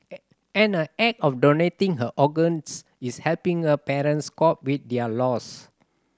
and her act of donating her organs is helping her parents cope with their loss